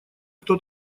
кто